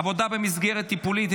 עבודה במסגרות טיפוליות),